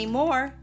more